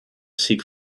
seek